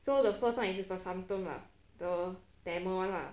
so the first one is the vasantham ah the tamil one lah